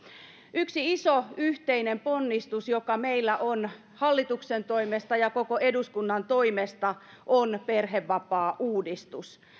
yksi iso yhteinen ponnistus joka meillä on hallituksen toimesta ja koko eduskunnan toimesta on perhevapaauudistus